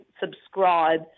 subscribe